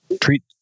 treat